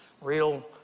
real